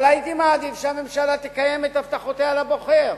אבל הייתי מעדיף שהממשלה תקיים את הבטחותיה לבוחר.